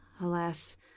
alas